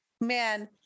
Man